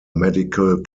medical